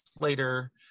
later